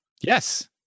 Yes